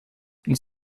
ils